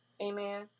Amen